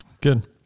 Good